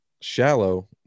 shallow